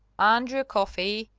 andrew coffey!